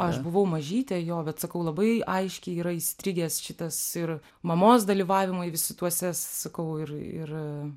aš buvau mažytė jo bet sakau labai aiškiai yra įstrigęs šitas ir mamos dalyvavimai visi tuose sakau ir ir